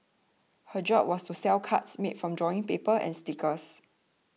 her job was to sell cards made from drawing paper and stickers